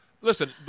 listen